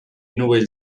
novell